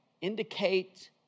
indicate